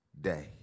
day